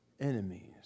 enemies